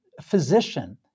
physician